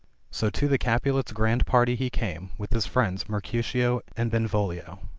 so to the capulets' grand party he came, with his friends mercutio and benvolio.